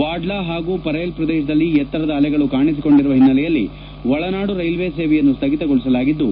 ವಾಡ್ಲಾ ಹಾಗೂ ಪರೇಲ್ ಪ್ರದೇಶದಲ್ಲಿ ಎತ್ತರದ ಅಲೆಗಳು ಕಾಣಿಸಿಕೊಂಡಿರುವ ಹಿನ್ನೆಲೆಯಲ್ಲಿ ಒಳನಾಡು ರೈಲ್ವೆ ಸೇವೆಯನ್ನು ಸ್ಥಗಿತಗೊಳಿಸಲಾಗಿದ್ದು